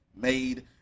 made